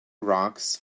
rocks